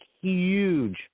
huge